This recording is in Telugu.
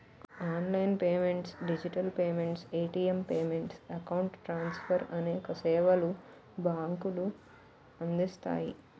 online payments digital payments, ATM payments, account transfer అనేక సేవలు బ్యాంకులు అందిస్తాయి